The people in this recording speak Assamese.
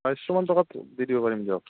বাইছশ মান টকাত দি দিব পাৰিম দিয়ক